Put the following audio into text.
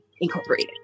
Incorporated